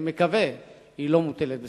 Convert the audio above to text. אני מקווה שהיא לא מוטלת בספק.